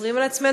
חוזרים על עצמנו,